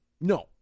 No